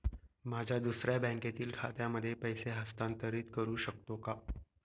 माझ्या दुसऱ्या बँकेतील खात्यामध्ये पैसे हस्तांतरित करू शकतो का?